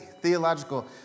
theological